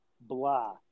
blah